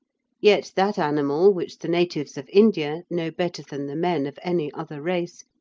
yet that animal, which the natives of india know better than the men of any other race,